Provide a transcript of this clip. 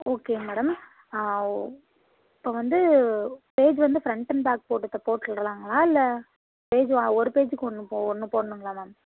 ஓகேங்க மேடம் ஆ ஓ இப்போ வந்து பேஜ் வந்து ப்ரண்ட் அண்ட் பேக் போட்டுக்க போட்டுக்கலாங்களா இல்லை பேஜ் ஆ ஒரு பேஜுக்கு ஒன்று ஒன்று போடணுங்களா மேம்